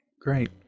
Great